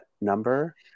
number